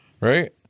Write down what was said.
right